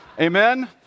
Amen